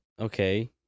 okay